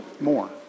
more